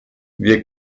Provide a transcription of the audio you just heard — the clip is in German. wir